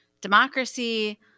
democracy